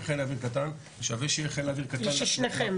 חיל אויר קטן שווה שיהיה חיל אוויר קטן לבט"פ,